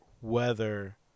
weather